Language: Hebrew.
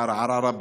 בערערה-עארה,